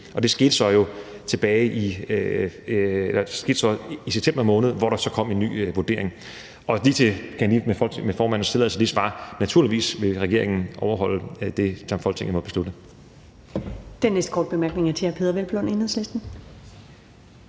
Det skete så i september måned, hvor der kom en ny vurdering. Og jeg vil sige, hvis jeg med formandens tilladelse lige kan svare på det andet, at naturligvis vil regeringen overholde det, som Folketinget må beslutte.